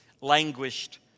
languished